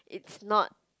it's not